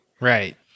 Right